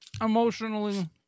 emotionally